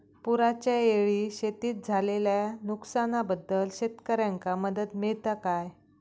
पुराच्यायेळी शेतीत झालेल्या नुकसनाबद्दल शेतकऱ्यांका मदत मिळता काय?